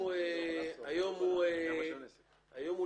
היום הוא